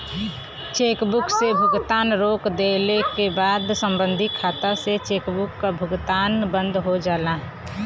chequebook से भुगतान रोक देले क बाद सम्बंधित खाता से चेकबुक क भुगतान बंद हो जाला